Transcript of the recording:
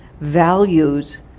values